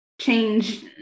change